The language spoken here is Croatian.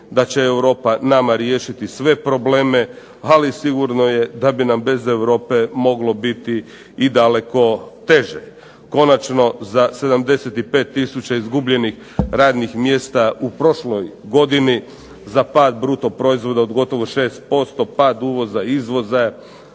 da će Europa nama riješiti sve probleme, ali sigurno je da bi nam bez Europe moglo biti daleko teže. Konačno za 75 tisuća izgubljenih radnih mjesta u prošloj godini, za pad bruto proizvoda za 6%, pad uvoza, izvoza,